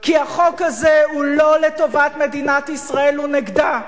כי החוק הזה הוא לא לטובת מדינת ישראל, הוא נגדה.